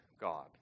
God